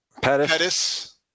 Pettis